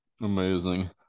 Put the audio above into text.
Amazing